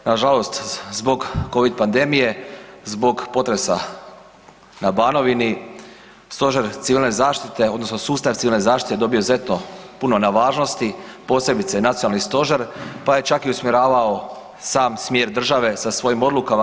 Na žalost zbog COVID pandemije, zbog potresa na Banovini Stožer civilne zaštite odnosno sustav civilne zaštite dobio je izuzetno puno na važnost, posebice nacionalni stožer, pa je čak i usmjeravao sam smjer države sa svojim odlukama.